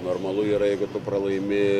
normalu yra jeigu tu pralaimi